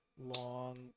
long